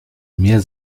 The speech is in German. mir